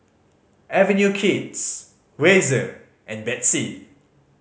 Avenue Kids Razer and Betsy